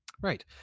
Right